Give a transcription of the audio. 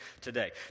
today